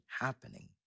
happening